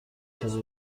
چرا